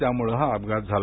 त्यामुळ हा अपघात झाला